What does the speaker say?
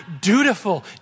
dutiful